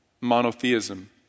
monotheism